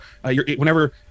Whenever